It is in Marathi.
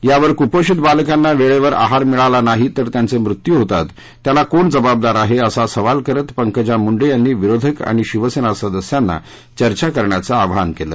यावर कुपोषित बालकांना वेळेवर आहार मिळाला नाही तर त्यांचे मृत्यू होतात त्याला कोण जबाबदार आहे असा सवाल करत पंकजा मुंडे यानी विरोधक आणि शिवसेना सदस्याना चर्चा करण्याचं आवाहन केलं